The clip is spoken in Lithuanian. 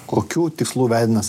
kokių tikslų vedinas